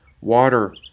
water